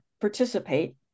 participate